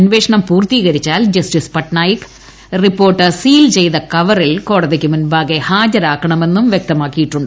അന്വേഷണം പൂർത്തീകരിച്ചാൽ justice Patnaik report seal ചെയ്ത കവറിൽ കോടതിക്ക് മുമ്പാകെ ഹാജരാക്കണമെന്നും വ്യക്തമാക്കിയിട്ടുണ്ട്